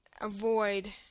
avoid